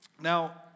Now